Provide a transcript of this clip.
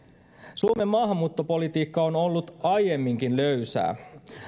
suomen maahanmuuttopolitiikka on ollut aiemminkin löysää